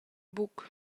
buc